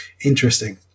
interesting